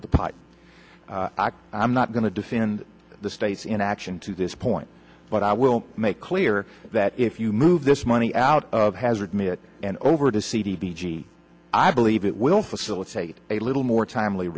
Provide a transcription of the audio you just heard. of the pot i'm not going to defend the state's inaction to this point but i will make clear that if you move this money out of hazard and over to c d g i believe it will facilitate a little more timely